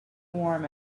warm